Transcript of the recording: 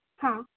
हां